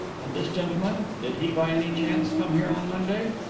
and this gentleman? did he by any chance come here on monday?